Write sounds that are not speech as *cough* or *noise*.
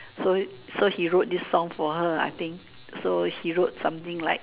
*breath* so so he wrote this song for her I think so he wrote something like